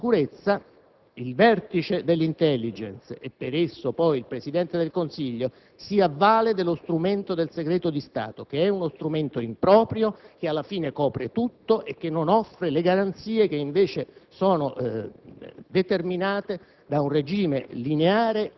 degli appartenenti ai Servizi di informazione e sicurezza, il vertice dell'*intelligence*, e per esso poi il Presidente del Consiglio, si avvale dello strumento del segreto di Stato; strumento improprio, che alla fine copre tutto e che non offre le garanzie determinate invece